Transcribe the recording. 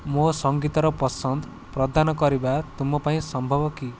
ମୋ ସଙ୍ଗୀତର ପସନ୍ଦ ପ୍ରଦାନ କରିବା ତୁମ ପାଇଁ ସମ୍ଭବ କି